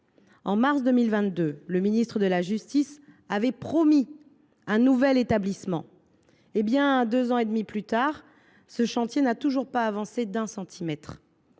En mars 2022, le garde des sceaux avait promis un nouvel établissement. Eh bien, deux ans et demi plus tard, le chantier n’a toujours pas avancé d’un centimètre